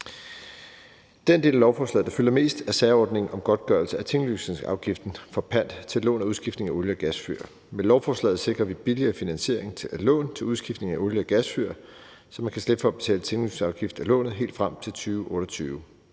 Den del af lovforslaget, der fylder mest, er særordningen om godtgørelse af tinglysningsafgiften for pant til lån til udskiftning af olie- og gasfyr. Med lovforslaget sikrer vi billigere finansiering til lån til udskiftning af olie- og gasfyr, så man kan slippe for at betale tinglysningsafgift af lånet helt frem til 2028.